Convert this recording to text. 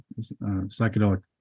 psychedelic